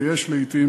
ויש לעתים